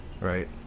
right